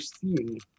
seeing